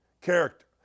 character